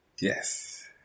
Yes